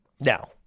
Now